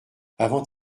avant